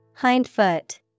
Hindfoot